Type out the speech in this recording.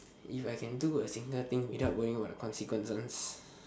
if I can do a single thing without worrying about consequences